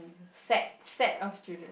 it's a set set of children